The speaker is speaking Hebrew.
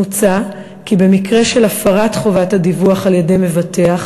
מוצע כי במקרה של הפרת חובת הדיווח על-ידי מבטח,